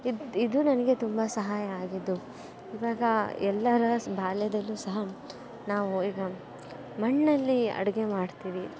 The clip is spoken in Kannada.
ಇದು ಇದು ನನಗೆ ತುಂಬ ಸಹಾಯ ಆಗಿದ್ದು ಇವಾಗ ಎಲ್ಲರ ಸ ಬಾಲ್ಯದಲ್ಲೂ ಸಹ ನಾವು ಈಗ ಮಣ್ಣಲ್ಲಿ ಅಡಿಗೆ ಮಾಡ್ತೀವಿ